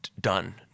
done